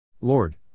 Lord